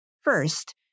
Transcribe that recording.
First